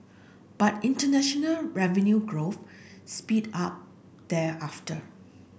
but international revenue growth speed up thereafter